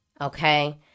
Okay